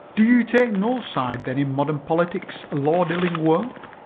do you take no side then in modern politics, lord illingworth?